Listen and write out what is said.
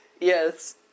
Yes